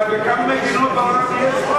אבל בכמה מדינות בעולם יש חוק,